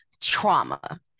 trauma